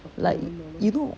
like you know